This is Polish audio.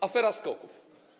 Afera SKOK-ów.